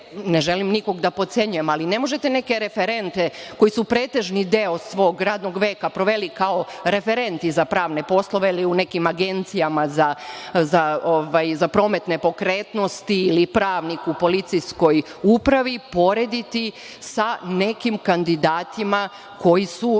ne želim nikoga da potcenjujem, ali ne možete neke referente koji su pretežni deo svog radnog veka proveli kao referenti za pravne poslove ili u nekim agencijama za promet nepokretnosti ili pravnik u policijskoj upravi, porediti sa nekim kandidatima koji su